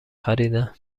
خریدن